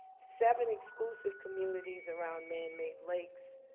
seven exclusive communities around made and made lakes.